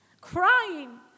crying